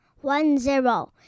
one-zero